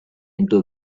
into